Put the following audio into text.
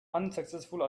unsuccessful